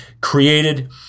created